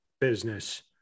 Business